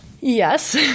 Yes